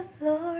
lord